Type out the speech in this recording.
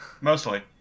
Mostly